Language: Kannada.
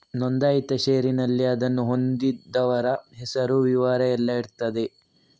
ನೋಂದಾಯಿತ ಷೇರಿನಲ್ಲಿ ಅದನ್ನು ಹೊಂದಿದವರ ಹೆಸರು, ವಿವರ ಎಲ್ಲ ಇರ್ತದೆ